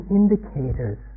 indicators